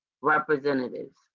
representatives